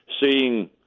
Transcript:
seeing